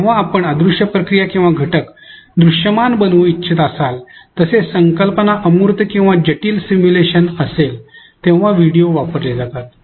जेव्हा आपण अदृश्य प्रक्रिया किंवा घटक दृश्यमान बनवू इच्छित असाल तसेच संकल्पना अमूर्त किंवा जटिल सिम्युलेशन असेल तेव्हा व्हिडिओ वापरले जातात